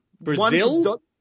Brazil